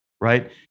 right